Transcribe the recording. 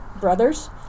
brothers